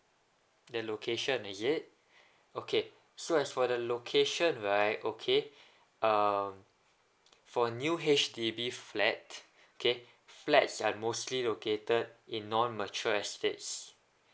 the location is it okay so as for the location right okay um for a new H_D_B flat okay flats that are mostly located in non mature estates